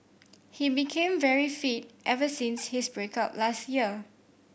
he became very fit ever since his break up last year